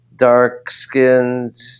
Dark-skinned